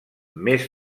més